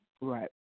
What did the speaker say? Right